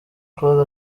claude